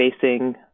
facing